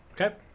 Okay